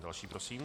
Další prosím.